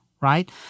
right